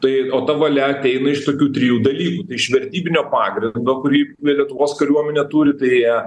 tai o ta valia ateina iš tokių trijų dalykų tai iš vertybinio pagrindo kurį lietuvos kariuomenė turi tai